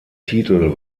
titel